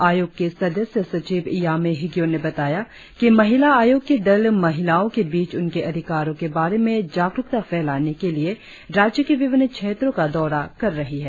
आयोग की सदस्य सचिव यामे हिगियो ने बताया कि महिला आयोग की दल महिलाओं के बीच उनके अधिकारों के बारे में जागरुकता फैलाने के लिए राज्य के विभिन्न क्षेत्रों का दौरा कर रही है